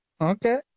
okay